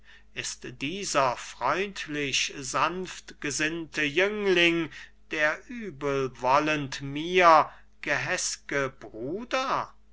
ist dieser freundlich sanftgesinnte jüngling der übelwollend mir gehäß'ge bruder